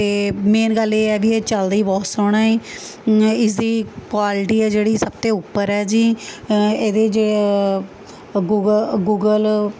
ਅਤੇ ਮੇਨ ਗੱਲ ਇਹ ਹੈ ਵੀ ਇਹ ਚੱਲਦਾ ਹੀ ਬਹੁਤ ਸੋਹਣਾ ਹੈ ਇਸਦੀ ਕੁਆਲਟੀ ਹੈ ਜਿਹੜੀ ਸਭ ਤੇ ਉੱਪਰ ਹੈ ਜੀ ਇਹਦੇ ਜੇ ਅ ਗੂਗ ਅ ਗੂਗਲ